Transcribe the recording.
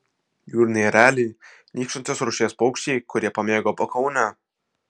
jūriniai ereliai nykstančios rūšies paukščiai kurie pamėgo pakaunę